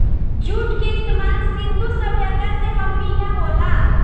जुट के इस्तमाल सिंधु सभ्यता से हमनी इहा होला